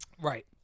Right